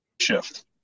shift